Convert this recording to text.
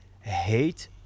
hate